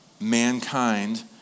mankind